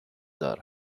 دار